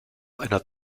einer